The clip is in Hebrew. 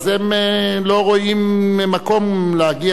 הם לא רואים מקום להגיע